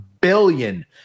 billion